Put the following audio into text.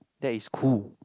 that is cool